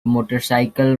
motorcycle